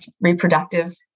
reproductive